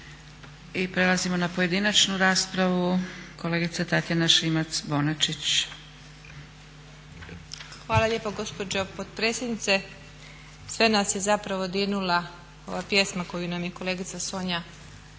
I prelazimo na pojedinačnu raspravu. Kolegica Tatjana Šimac-Bonačić. **Šimac Bonačić, Tatjana (SDP)** Hvala lijepa gospođo potpredsjednice. Sve nas je zapravo dirnula ova pjesma koju nam je kolegica Sonja